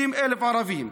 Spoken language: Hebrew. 60,000 ערבים,